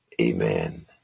Amen